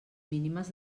mínimes